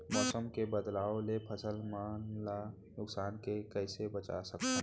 मौसम के बदलाव ले फसल मन ला नुकसान से कइसे बचा सकथन?